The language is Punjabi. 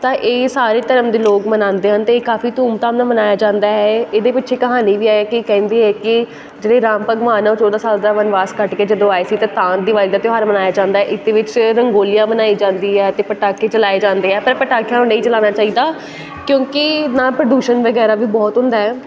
ਤਾਂ ਇਹ ਸਾਰੇ ਧਰਮ ਦੇ ਲੋਕ ਮਨਾਉਂਦੇ ਹਨ ਇਹ ਅਤੇ ਕਾਫੀ ਧੂਮ ਧਾਮ ਨਾਲ ਮਨਾਇਆ ਜਾਂਦਾ ਹੈ ਇਹਦੇ ਪਿੱਛੇ ਕਹਾਣੀ ਵੀ ਹੈ ਕਿ ਕਹਿੰਦੇ ਹੈ ਕਿ ਜਿਹੜੇ ਰਾਮ ਭਗਵਾਨ ਆ ਉਹ ਚੋਦਾਂ ਸਾਲ ਦਾ ਬਨਵਾਸ ਕੱਟ ਕੇ ਜਦੋਂ ਆਏ ਸੀ ਤੇ ਤਾਂ ਦੀਵਾਲੀ ਦਾ ਤਿਉਹਾਰ ਮਨਾਇਆ ਜਾਂਦਾ ਇਸ ਦੇ ਵਿੱਚ ਰੰਗੋਲੀਆਂ ਬਣਾਈ ਜਾਂਦੀ ਹੈ ਅਤੇ ਪਟਾਕੇ ਚਲਾਏ ਜਾਂਦੇ ਆ ਪਰ ਪਟਾਕਿਆਂ ਨੂੰ ਨਹੀਂ ਚਲਾਉਣਾ ਚਾਹੀਦਾ ਕਿਉਂਕਿ ਨਾ ਪ੍ਰਦੂਸ਼ਣ ਵਗੈਰਾ ਵੀ ਬਹੁਤ ਹੁੰਦਾ